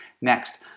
Next